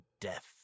death